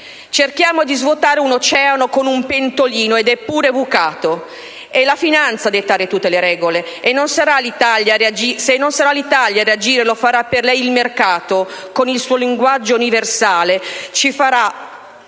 Cerchiamo di svuotare un oceano con un pentolino, ed è pure bucato! È la finanza a dettare tutte le regole! Se non sarà l'Italia a reagire, lo farà per lei il mercato con il suo linguaggio universale: ci sarà